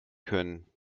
können